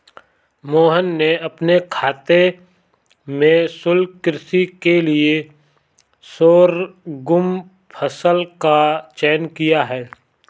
मोहन ने अपने खेत में शुष्क कृषि के लिए शोरगुम फसल का चयन किया है